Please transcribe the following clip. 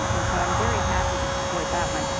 um and so i'm very happy to support that one.